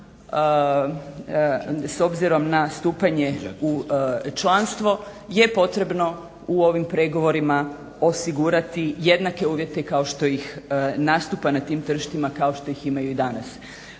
s obzirom na stupanje u članstvo je potrebno u ovim pregovorima osigurati jednake uvjete kao što ih nastupa na tim tržištima kao što ih imaju i danas.